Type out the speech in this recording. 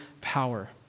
power